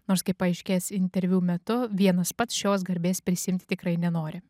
nors kaip paaiškės interviu metu vienas pats šios garbės prisiimti tikrai nenori